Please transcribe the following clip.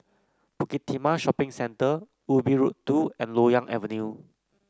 Bukit Timah Shopping Centre Ubi Road Two and Loyang Avenue